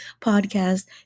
podcast